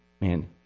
man